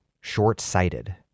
short-sighted